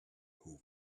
who